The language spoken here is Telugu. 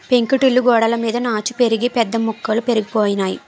పెంకుటిల్లు గోడలమీద నాచు పెరిగి పెద్ద మొక్కలు పెరిగిపోనాయి